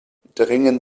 drängen